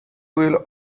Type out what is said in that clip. will